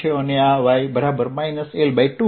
અને આ y બરાબર માઈનસ L2 છે